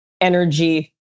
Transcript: energy